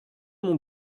mon